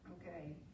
Okay